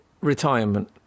Retirement